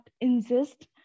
insist